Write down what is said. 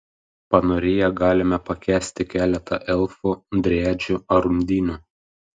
panorėję galime pakęsti keletą elfų driadžių ar undinių